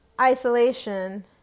isolation